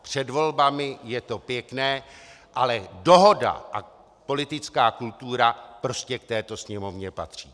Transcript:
Před volbami je to pěkné, ale dohoda a politická kultura prostě k této Sněmovně patří.